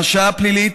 הרשעה פלילית,